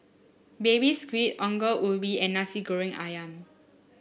Baby Squid Ongol Ubi and Nasi Goreng ayam